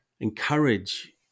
encourage